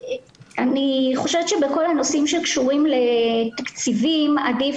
אני חושבת שבכל הנושאים שקשורים לתקציבים עדיף